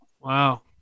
Wow